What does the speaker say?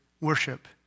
worship